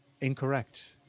Incorrect